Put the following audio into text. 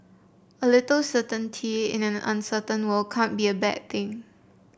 a little certainty in an uncertain world cannot be a bad thing